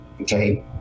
okay